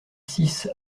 six